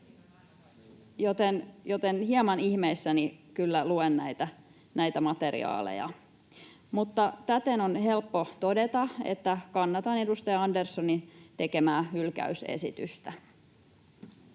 joten hieman ihmeissäni kyllä luen näitä materiaaleja. Täten on helppo todeta, että kannatan edustaja Anderssonin tekemää hylkäysesitystä.